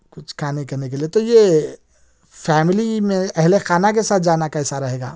کچھ کھانے کرنے کے لئے تو یہ فیملی میں اہل خانہ کے ساتھ جانا کیسا رہے گا